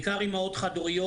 בעיקר אימהות חד-הוריות,